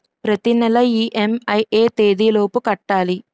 ప్రతినెల ఇ.ఎం.ఐ ఎ తేదీ లోపు కట్టాలి?